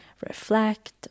reflect